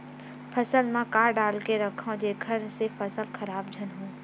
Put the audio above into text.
फसल म का डाल के रखव जेखर से फसल खराब झन हो?